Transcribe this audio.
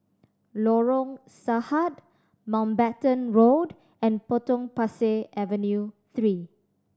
Lorong Sahad Mountbatten Road and Potong Pasir Avenue Three